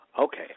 Okay